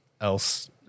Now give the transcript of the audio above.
else